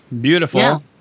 beautiful